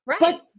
Right